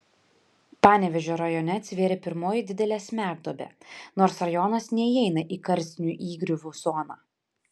panevėžio rajone atsivėrė pirmoji didelė smegduobė nors rajonas neįeina į karstinių įgriuvų zoną